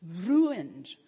ruined